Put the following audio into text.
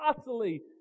utterly